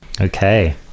Okay